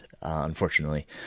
unfortunately